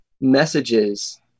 messages